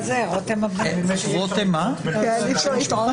יש איתנו נציגה ממשרד הבריאות